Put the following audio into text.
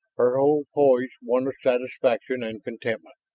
her whole pose one of satisfaction and contentment.